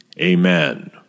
Amen